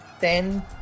ten